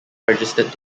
registered